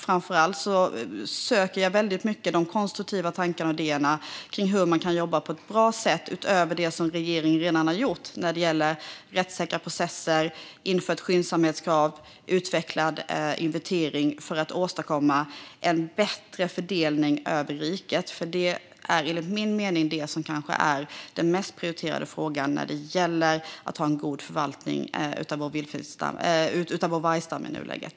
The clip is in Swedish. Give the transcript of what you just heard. Framför allt söker jag konstruktiva tankar och idéer om hur man kan jobba på ett bra sätt utöver det som regeringen redan har gjort när det gäller rättssäkra processer, infört skyndsamhetskrav och utvecklad inventering för att åstadkomma en bättre fördelning över riket. Detta är enligt min mening den kanske mest prioriterade frågan när det gäller att ha en god förvaltning av vår vargstam i nuläget.